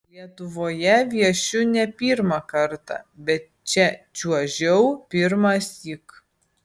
lietuvoje viešiu ne pirmą kartą bet čia čiuožiau pirmąsyk